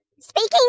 Speaking